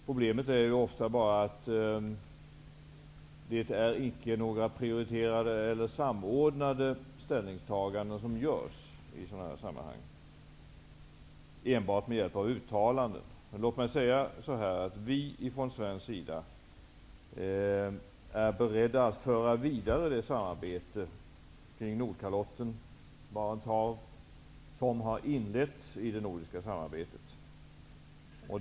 Problemet är ju ofta att det inte görs några samordnade ställningstaganden i dessa sammanhang enbart med hjälp av uttalanden. Vi är från svensk sida beredda att föra vidare det samarbete kring Nordkalotten och Barents hav som har inletts i det nordiska samarbetet.